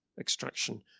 extraction